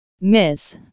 Miss